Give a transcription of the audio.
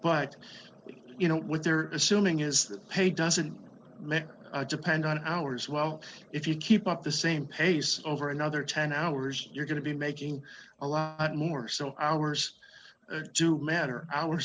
but you know what they're assuming is that pay doesn't depend on hours well if you keep up the same pace over another ten hours you're going to be making a lot more so ours do matter our